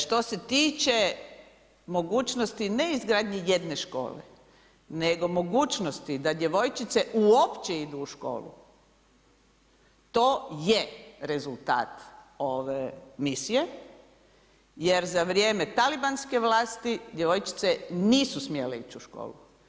Što se tiče mogućnosti ne izgradnje jedne škole nego mogućnosti da djevojčice uopće idu u školu, to je rezultat ove misije jer za vrijeme talibanske vlasti, djevojčice nisu smjele ići u školu.